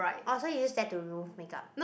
oh so you use that to remove makeup